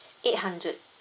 eight hundred